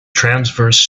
transverse